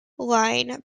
line